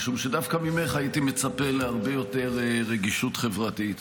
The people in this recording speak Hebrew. משום שדווקא ממך הייתי מצפה להרבה יותר רגישות חברתית.